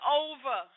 over